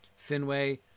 Finway